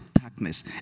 darkness